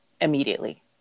immediately